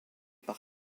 par